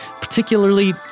particularly